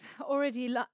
already